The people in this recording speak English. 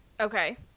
Okay